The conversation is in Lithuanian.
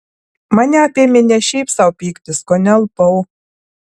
mane apėmė ne šiaip sau pyktis kone alpau